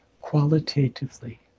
qualitatively